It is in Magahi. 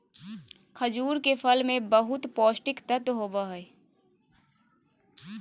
खजूर के फल मे बहुत पोष्टिक तत्व होबो हइ